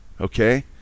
okay